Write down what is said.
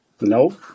No